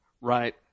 right